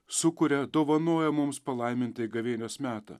sukuria dovanoja mums palaimintąjį gavėnios metą